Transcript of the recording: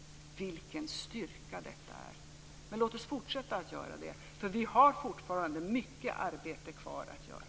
Vilken styrka detta är! Men låt oss fortsätta att arbeta. Vi har fortfarande mycket arbete kvar att göra.